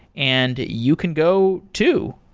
and you can go too.